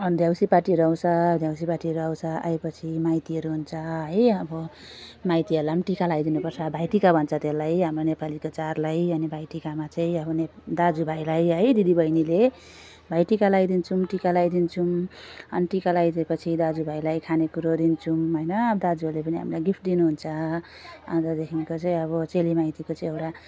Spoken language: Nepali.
अनि देउँसी पार्टीहरू आउँछ देउँसी पार्टीहरू आउँछ आएपछि माइतीहरू हुन्छ है अब माइतीहरूलाई पनि टिका लाइदिनुपर्छ भाइटिका भन्छ त्यलाई हाम्रो नेपालीको चाडलाई अनि भाइटिकामा चाहिँ अब दाजुभाइलाई है दिदी बहिनीले भाइटिका लाइदिन्छौँ टिका लाइदिन्छौँ अनि टिका लाइदिएपछि दाजुभाइलाई खानेकुरोहरू दिन्छौँ होइन दाजुहरूले पनि हामीलाई गिफ्ट दिनुहुन्छ अनि त्यहाँदेखिको चाहिँ अब चेली माइतीको चाहिँ एउटा